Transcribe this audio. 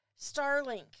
Starlink